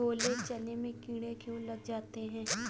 छोले चने में कीड़े क्यो लग जाते हैं?